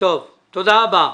תודה רבה.